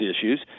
issues